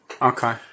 Okay